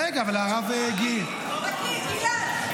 רגע, אבל הרב --- תקריא, גלעד.